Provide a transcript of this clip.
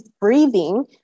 breathing